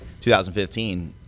2015